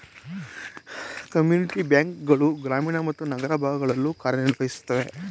community bank ಗಳು ಗ್ರಾಮೀಣ ಮತ್ತು ನಗರ ಭಾಗಗಳಲ್ಲೂ ಕಾರ್ಯನಿರ್ವಹಿಸುತ್ತೆ